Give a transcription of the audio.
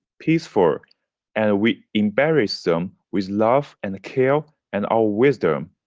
peaceful and we embrace them with love and care and our wisdom,